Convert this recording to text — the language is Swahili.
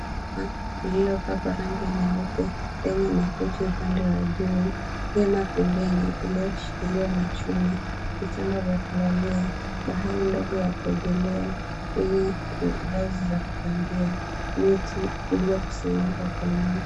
Hema lililopakwa rangi nyeupe lenye makochi upande wa juu. Hema pembeni iliyoshikiliwa na chuma, vitanda vya kulalia, bahari ndogo ya kuogelea yenye ngazi za kupandia, miti iliyokusanyika pamoja.